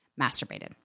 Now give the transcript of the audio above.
masturbated